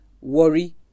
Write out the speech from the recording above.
Worry